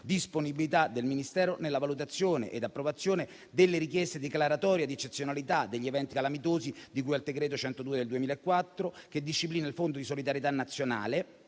disponibilità del Ministero nella valutazione e approvazione delle richieste di declaratoria di eccezionalità degli eventi calamitosi di cui al decreto legislativo n. 102 del 2004, che disciplina il Fondo di solidarietà nazionale